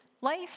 life